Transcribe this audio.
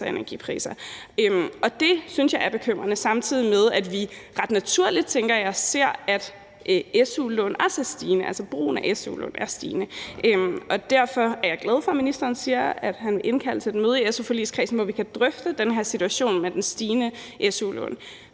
og energipriser. Det synes jeg er bekymrende. Det er samtidig med, at vi ret naturligt ser, at brugen af su-lån også er stigende. Derfor er jeg glad for, at ministeren siger, at han vil indkalde til et møde i su-forligskredsen, hvor vi kan drøfte den her situation med den stigende brug